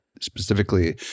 specifically